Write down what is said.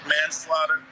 manslaughter